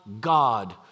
God